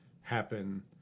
happen